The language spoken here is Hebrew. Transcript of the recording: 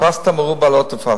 אחרי שציין מגיש